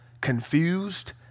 confused